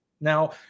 Now